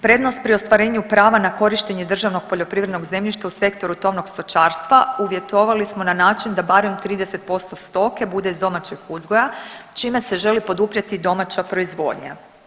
Prednost pri ostvarenju prava na korištenje državnog poljoprivrednog zemljišta u sektoru tovnog stočarstva uvjetovali smo na način da barem 30% stoke bude iz domaćeg uzgoja čime se želi poduprijeti domaća proizvodnja.